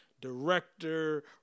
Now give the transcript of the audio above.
director